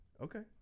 Okay